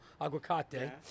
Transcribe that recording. aguacate